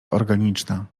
organiczna